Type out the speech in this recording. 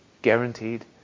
guaranteed